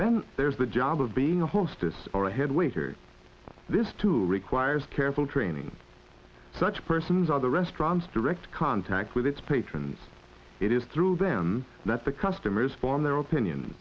then there's the job of being a hostess or a head waiter this tool requires careful training such persons other restaurants direct contact with its patrons it is through them that the customers form their opinion